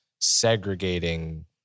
segregating